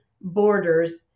borders